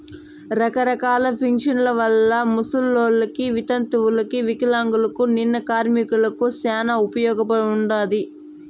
రకరకాల పింఛన్ల వల్ల ముసలోళ్ళకి, వితంతువులకు వికలాంగులకు, నిన్న కార్మికులకి శానా ఉపయోగముండాది